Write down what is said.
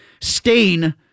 stain